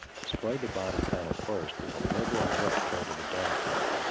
spray the body panel first with a liberal wet coat of the dullcote.